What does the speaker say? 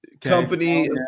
company